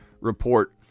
report